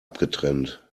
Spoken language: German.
abgetrennt